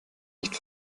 nicht